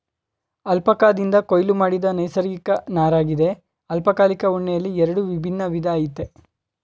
ಅಲ್ಪಕಾದಿಂದ ಕೊಯ್ಲು ಮಾಡಿದ ನೈಸರ್ಗಿಕ ನಾರಗಿದೆ ಅಲ್ಪಕಾಲಿಕ ಉಣ್ಣೆಯಲ್ಲಿ ಎರಡು ವಿಭಿನ್ನ ವಿಧ ಆಯ್ತೆ